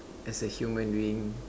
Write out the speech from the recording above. as a human being